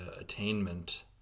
attainment